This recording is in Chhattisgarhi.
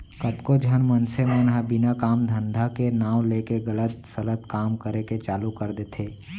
कतको झन मनसे मन ह बिना काम धंधा के नांव लेके गलत सलत काम करे के चालू कर देथे